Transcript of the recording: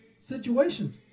situations